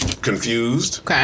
Confused